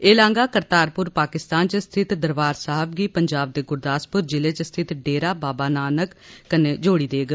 एह लांघा करतारपुर पाकिस्तान च स्थित दरबार साहब गी पंजाब दे गुरदासपुर जिले च स्थित डेरा बाबा नानक कन्नै जोड़ी देग